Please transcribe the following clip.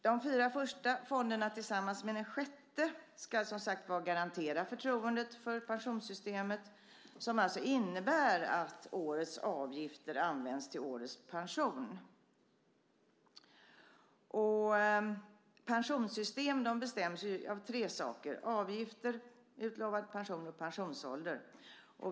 De fyra första fonderna ska alltså tillsammans med den sjätte garantera förtroendet för pensionssystemet, som innebär att årets avgifter används till årets pension. Pensionssystem bestäms av tre saker: avgifter, utlovad pension och pensionsålder.